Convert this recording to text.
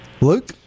Luke